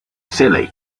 silly